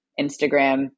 Instagram